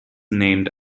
named